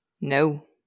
no